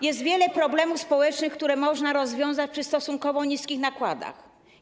Jest wiele problemów społecznych, które można rozwiązać przy stosunkowo niskich nakładach.